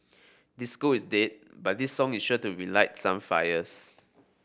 disco is dead but this song is sure to relight some fires